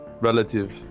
relative